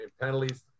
penalties